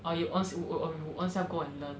or you owns~ or or or you ownself go and learn